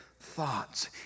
thoughts